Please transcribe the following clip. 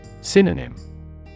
Synonym